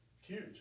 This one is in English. Huge